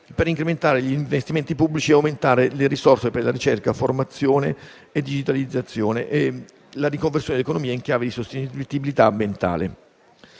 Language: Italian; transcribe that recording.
per incrementare gli investimenti pubblici e aumentare le risorse per la ricerca, formazione, digitalizzazione e riconversione dell'economia in chiave di sostenibilità ambientale.